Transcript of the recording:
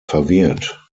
verwirrt